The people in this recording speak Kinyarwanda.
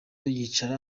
yicara